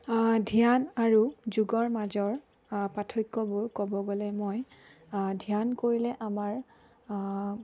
ধ্যান আৰু যুগৰ মাজৰ পাৰ্থক্যবোৰ ক'ব গ'লে মই ধ্যান কৰিলে আমাৰ